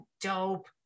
dope